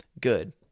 good